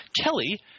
Kelly